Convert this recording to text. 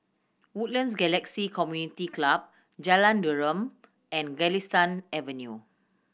Woodlands Galaxy Community Club Jalan Derum and Galistan Avenue